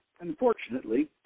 Unfortunately